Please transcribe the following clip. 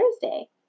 Thursday